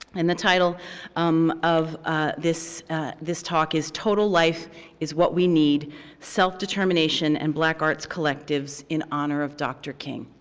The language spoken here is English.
and the title um of ah this this talk is total life is what we need self determination and black arts collectives, in honor of dr. king,